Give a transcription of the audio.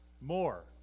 more